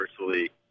universally